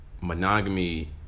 monogamy